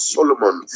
Solomon